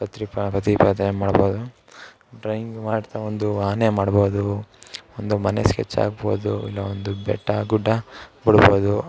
ಪತ್ರಿ ಮಾಡ್ಬೋದು ಡ್ರಾಯಿಂಗ್ ಮಾಡ್ತಾ ಒಂದು ಆನೆ ಮಾಡ್ಬೋದು ಒಂದು ಮನೆ ಸ್ಕೆಚ್ ಹಾಕ್ಬೋದು ಇಲ್ಲ ಒಂದು ಬೆಟ್ಟ ಗುಡ್ಡ ಬಿಡ್ಬೋದು